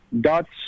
dots